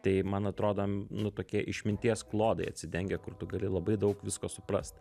tai man atrodo nu tokie išminties klodai atsidengia kur tu gali labai daug visko suprast